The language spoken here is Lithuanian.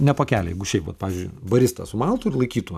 ne pakelyje jeigu šiaip va pavyzdžiui barista sumaltų ir laikytų